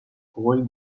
spoil